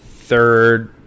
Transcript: third